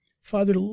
Father